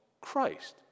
Christ